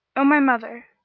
o my mother,